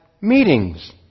meetings